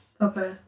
Okay